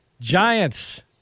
Giants